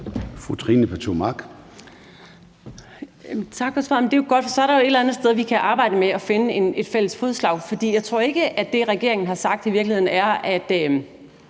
Trine Pertou Mach (EL): Tak for svaret. Det er jo godt, for så er der et eller andet sted, hvor vi kan arbejde med at finde et fælles fodslag, for jeg tror ikke, at det, regeringen har sagt, i virkeligheden er, at